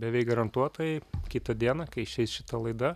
beveik garantuotai kitą dieną kai išeis šita laida